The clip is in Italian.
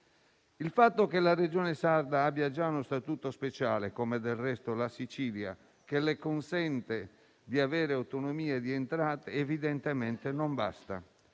Il fatto che la Regione sarda abbia già uno statuto speciale, come del resto la Sicilia, che le consente di avere autonomia di entrate, evidentemente non basta,